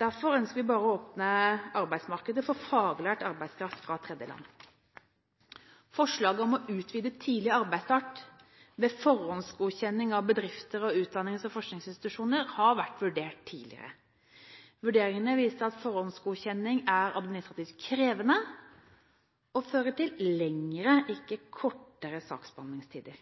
Derfor ønsker vi bare å åpne arbeidsmarkedet for faglært arbeidskraft fra tredjeland. Forslaget om å utvide «tidlig arbeidsstart» ved forhåndsgodkjenning av bedrifter og utdannings- og forskningsinstitusjoner har vært vurdert tidligere. Vurderingene viste at forhåndsgodkjenning er administrativt krevende og fører til lengre, ikke kortere, saksbehandlingstider.